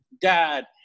dad